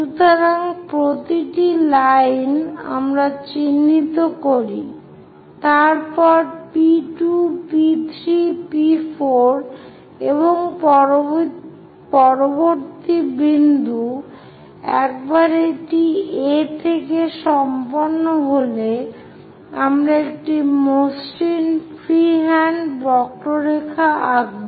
সুতরাং প্রতিটা লাইন আমরা চিহ্নিত করি তারপর P2 P3 P4 এবং পরবর্তী বিন্দু একবার এটি A থেকে সম্পন্ন হলে আমরা একটি মসৃণ ফ্রিহ্যান্ড বক্ররেখা আঁকব